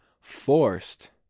forced